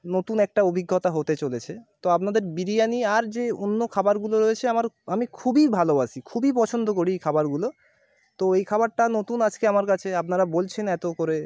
নতুন একটা অভিজ্ঞতা হতে চলেছে তো আপনাদের বিরিয়ানি আর যে অন্য খাবারগুলো রয়েছে আমার আমি খুবই ভালোবাসি খুবই পছন্দ করি এই খাবারগুলো তো এই খাবারটা নতুন আজকে আমার কাছে আপনারা বলছেন এত করে